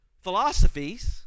philosophies